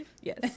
Yes